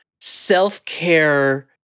self-care